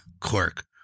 clerk